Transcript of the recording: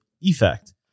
effect